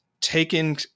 taken